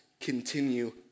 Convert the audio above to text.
continue